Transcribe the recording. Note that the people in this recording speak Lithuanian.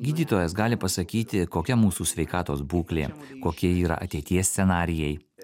gydytojas gali pasakyti kokia mūsų sveikatos būklė kokie yra ateities scenarijai